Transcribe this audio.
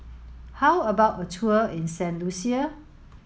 how about a tour in Saint Lucia